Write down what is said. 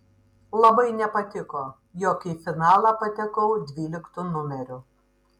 labai nepatiko jog į finalą patekau dvyliktu numeriu